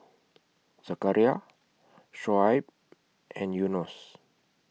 Zakaria Shoaib and Yunos